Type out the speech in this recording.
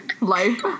Life